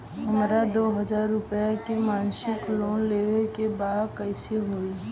हमरा दो हज़ार रुपया के मासिक लोन लेवे के बा कइसे होई?